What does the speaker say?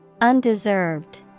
Undeserved